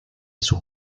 sus